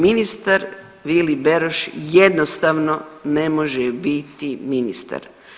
Ministar Vili Beroš jednostavno ne može biti ministar.